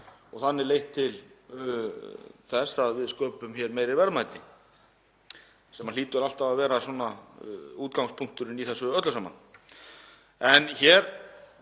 og þannig leitt til þess að við sköpum meiri verðmæti, sem hlýtur alltaf að vera útgangspunkturinn í þessu öllu saman. En hér